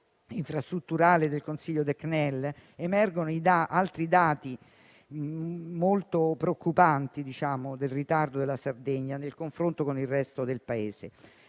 infrastrutturale del CNEL emergono altri dati molto preoccupanti del ritardo della Sardegna in confronto con il resto del Paese,